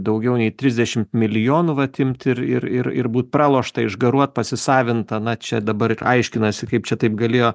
daugiau nei trisdešimt milijonų vat imt ir ir ir ir būt pralošta išgaruot pasisavint na čia dabar aiškinasi kaip čia taip galėjo